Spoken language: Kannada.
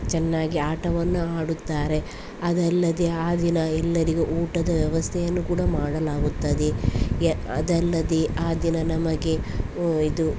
ಚೆನ್ನಾಗಿ ಆಟವನ್ನು ಆಡುತ್ತಾರೆ ಅದಲ್ಲದೆ ಆ ದಿನ ಎಲ್ಲರಿಗು ಊಟದ ವ್ಯವಸ್ಥೆಯನ್ನು ಕೂಡ ಮಾಡಲಾಗುತ್ತದೆ ಯ ಅದಲ್ಲದೆ ಆ ದಿನ ನಮಗೆ ಇದು